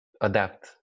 adapt